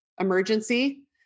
emergency